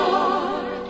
Lord